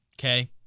Okay